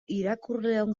irakurleon